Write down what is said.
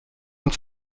und